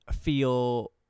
feel